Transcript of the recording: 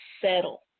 settle